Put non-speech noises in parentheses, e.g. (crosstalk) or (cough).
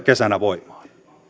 (unintelligible) kesänä voimaan